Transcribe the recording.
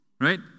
right